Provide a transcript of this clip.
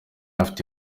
afite